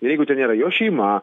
jeigu ten yra jo šeima